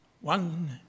one